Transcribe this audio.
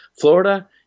Florida